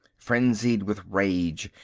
frenzied with rage,